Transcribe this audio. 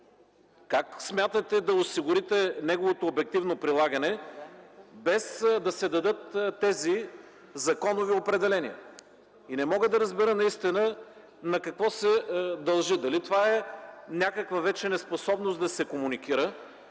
Как смятате да осигурите неговото обективно прилагане, без да се дадат тези законови определения? И не мога да разбера наистина на какво се дължи – дали това е някаква вече неспособност да се комуникира,